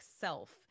self